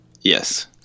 yes